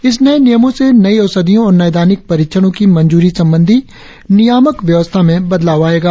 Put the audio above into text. इन नए नियमों से नई औषधियों और नैदानिक परीक्षणों की मंजूरी संबंधी नियामक व्यवस्था में बदलाव आएगा